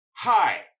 Hi